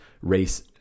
race